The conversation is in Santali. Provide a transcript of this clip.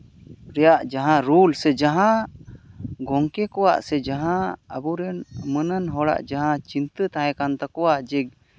ᱨᱮᱭᱟᱜ ᱨᱩᱞᱥ ᱥᱮ ᱡᱟᱦᱟᱸ ᱜᱚᱢᱠᱮ ᱠᱚᱣᱟᱜ ᱥᱮ ᱡᱟᱦᱟᱸ ᱟᱵᱚᱨᱮᱱ ᱢᱟᱹᱱᱟᱱ ᱦᱚᱲᱟᱜ ᱡᱟᱦᱟᱸ ᱪᱤᱱᱛᱟᱹ ᱛᱟᱦᱮᱸ ᱠᱟᱱ ᱛᱟᱠᱚᱣᱟ ᱡᱮ